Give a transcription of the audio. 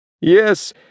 Yes